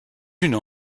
unes